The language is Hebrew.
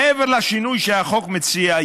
מעבר לשינוי שהחוק מציע,